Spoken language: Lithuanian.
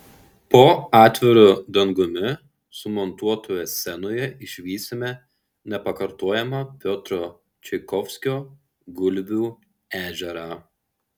po atviru dangumi sumontuotoje scenoje išvysime nepakartojamą piotro čaikovskio gulbių ežerą